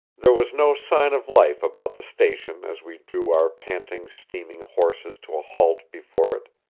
there was no sign of life about the station as we drew our panting, steaming horses to a halt before it,